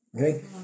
Okay